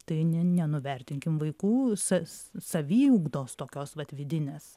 tai ne nenuvertinkim vaikų sa saviugdos tokios vat vidinės